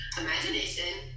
imagination